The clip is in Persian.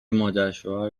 مادرشوهر